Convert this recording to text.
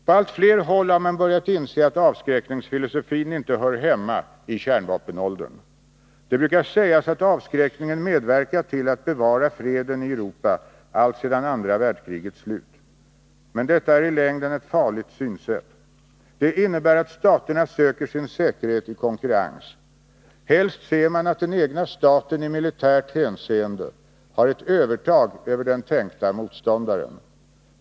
På allt fler håll har man börjat inse att avskräckningsfilosofin inte hör hemma i kärnvapenåldern. Det brukar sägas att avskräckningen medverkat tillatt bevara freden i Europa alltsedan andra världskrigets slut. Men detta är i längden ett farligt synsätt. Det innebär att staterna söker sin säkerhet i konkurrens. Helst ser man att den egna staten i militärt hänseende har ett övertag över den tänkta motståndaren.